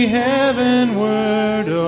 heavenward